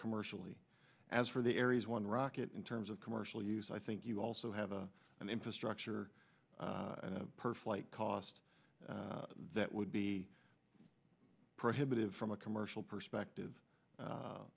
commercially as for the aries one rocket in terms of commercial use i think you also have an infrastructure per flight cost that would be prohibitive from a commercial perspective